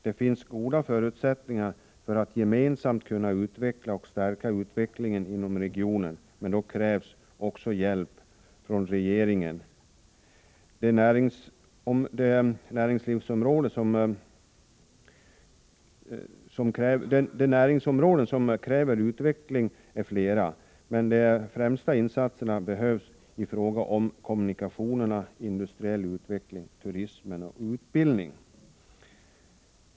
Det finns goda förutsättningar för att vi gemensamt skall kunna främja och stärka utvecklingen inom regionen, men då krävs också hjälp från regeringen. De näringsområden som kräver utveckling är flera, men de främsta insatserna behövs i fråga om kommunikationer, industriell utveckling, turism och utbildning.